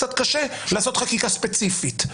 קצת קשה לעשות חקיקה ספציפית.